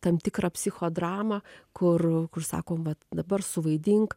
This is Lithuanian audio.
tam tikrą psichodramą kur kur sakom vat dabar suvaidink